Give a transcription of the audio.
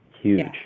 Huge